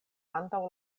antaŭ